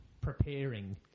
preparing